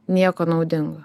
nieko naudingo